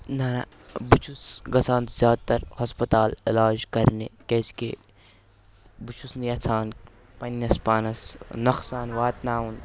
نہ نہ بہٕ چھُس گَژھان زیادٕ تر ہَسپَتال علاج کرنہِ کِیٛازِ کہِ بہٕ چھُس نہٕ یَژھان پنٛنِس پانَس نۄقصان واتناوُن